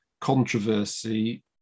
controversy